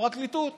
לפרקליטות